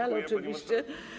Ależ oczywiście.